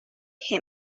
him